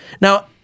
Now